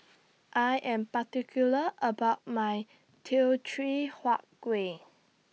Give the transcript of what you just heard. I Am particular about My Teochew Huat Kueh